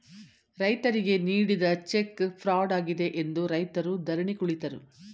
ರೈತರಿಗೆ ನೀಡಿದ cheque fraud ಆಗಿದೆ ಎಂದು ರೈತರು ಧರಣಿ ಕುಳಿತರು